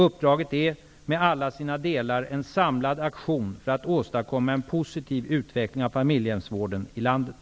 Uppdraget är, med alla sina delar, en samlad aktion för att åstadkomma en positiv utveckling av familjehemsvården i landet.